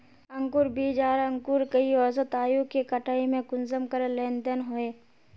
अंकूर बीज आर अंकूर कई औसत आयु के कटाई में कुंसम करे लेन देन होए?